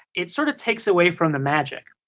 it sort of takes away from the magic.